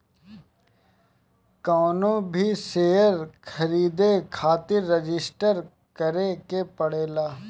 कवनो भी शेयर खरीदे खातिर रजिस्टर करे के पड़ेला